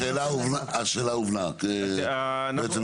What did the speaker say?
כתוב 60 יום, 90 יום.